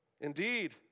Indeed